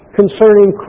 concerning